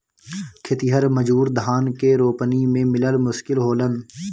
खेतिहर मजूर धान के रोपनी में मिलल मुश्किल होलन